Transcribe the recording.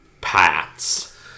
Pats